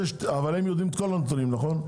אבל הם יודעים את כל הנתונים נכון?